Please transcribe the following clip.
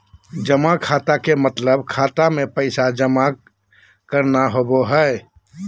जमा खाता के मतलब खाता मे पैसा जमा करना होवो हय